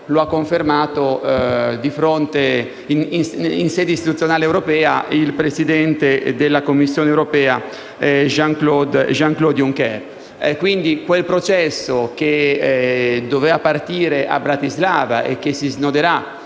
lo ha confermato in sede istituzionale europea il presidente della Commissione europea Jean-Claude Junker. Quindi, per quanto riguarda quel processo che doveva partire a Bratislava, che si snoderà